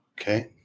Okay